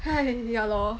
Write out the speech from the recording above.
!hais! yeah lor